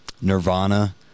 nirvana